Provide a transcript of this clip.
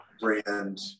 brand